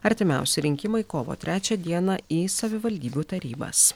artimiausi rinkimai kovo trečią dieną į savivaldybių tarybas